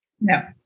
no